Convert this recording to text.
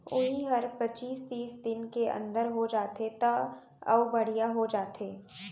उही हर पचीस तीस दिन के अंदर हो जाथे त अउ बड़िहा हो जाथे